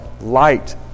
light